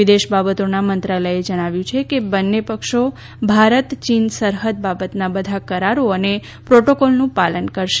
વિદેશ બાબતોનાં મંત્રાલયે જણાવ્યું છેકે બંન્ને પક્ષો ભારત ચીન સરહદ બાબતનાં બધા કરારો અને પ્રોટોકોલનું પાલન કરશે